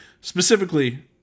specifically